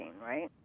right